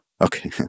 Okay